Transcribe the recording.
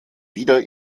wieder